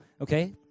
okay